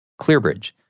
ClearBridge